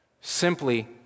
Simply